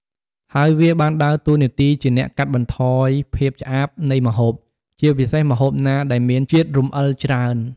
ហើយវាបានដើរតួនាទីជាអ្នកកាត់បន្ថយភាពឆ្អាបនៃម្ហូប ជាពិសេសម្ហូបណាដែលមានជាតិរំអិលច្រើន។